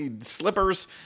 Slippers